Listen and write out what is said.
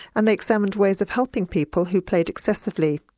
and they examined ways of helping people who played excessively.